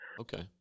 Okay